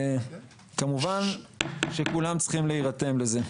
כמובן שכולם צריכים להירתם לזה.